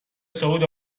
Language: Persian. صعود